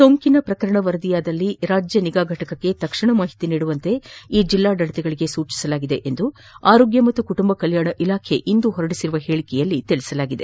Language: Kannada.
ಸೋಂಕಿನ ಪ್ರಕರಣ ವರದಿಯಾದಲ್ಲಿ ರಾಜ್ಯ ನಿಗಾ ಘಟಕಕ್ಕೆ ತಕ್ಷಣ ಮಾಹಿತಿ ನೀಡುವಂತೆ ಈ ಜಿಲ್ಲಾಡಳಿತಗಳಿಗೆ ಎಂದು ಆರೋಗ್ಯ ಮತ್ತು ಕುಟುಂಬ ಕಲ್ಯಾಣ ಇಲಾಖೆ ಇಂದು ಹೊರಡಿಸಿರುವ ಹೇಳಿಕೆಯಲ್ಲಿ ತಿಳಿಸಲಾಗಿದೆ